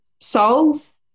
souls